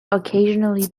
occasionally